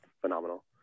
phenomenal